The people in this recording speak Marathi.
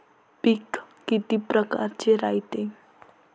पिकं किती परकारचे रायते?